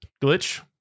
Glitch